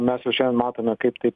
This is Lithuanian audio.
mes jau šiandien matome kaip tai